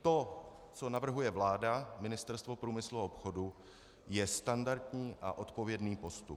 To, co navrhuje vláda, Ministerstvo průmyslu a obchodu, je standardní a odpovědný postup.